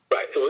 Right